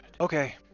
okay